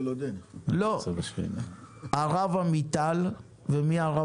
הרב עמיטל והרב